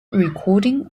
recording